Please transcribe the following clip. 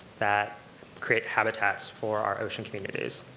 that create habitats for our ocean communities.